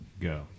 go